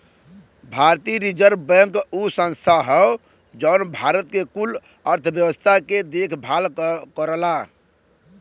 भारतीय reserve bank उ संस्था हौ जौन भारत के कुल अर्थव्यवस्था के देखभाल करला